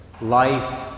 life